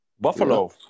Buffalo